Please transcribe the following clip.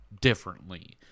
differently